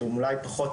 שהם אולי פחות